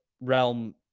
realm